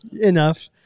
Enough